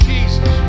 Jesus